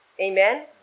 Amen